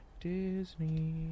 Disney